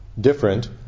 different